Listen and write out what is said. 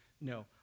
no